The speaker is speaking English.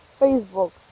facebook